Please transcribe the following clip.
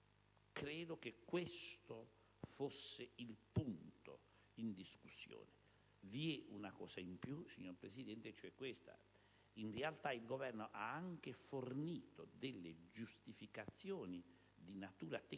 Credo che questo fosse il punto in discussione. Vi è poi una cosa in più, signor Presidente: in realtà, il Governo ha anche fornito delle giustificazioni di natura